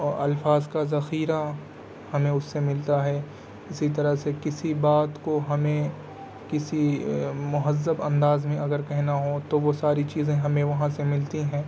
الفاظ کا ذخیرہ ہمیں اس سے ملتا ہے اسی طرح سے کسی بات کو ہمیں کسی مہذب انداز میں اگر کہنا ہو تو وہ ساری چیزیں ہمیں وہاں سے ملتی ہیں